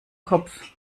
kopf